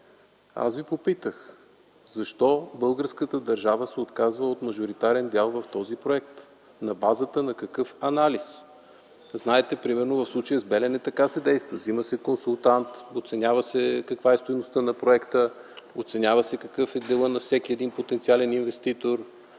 Аз Ви попитах: защо българската държава се отказва от мажоритарен дял в този проект? На базата на какъв анализ? Знаете, примерно в случая с „Белене” така се действа - взема се консултант, оценява се каква е стойността на проекта, оценява се какъв е делът на всеки един потенциален инвеститор,